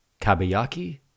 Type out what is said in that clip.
kabayaki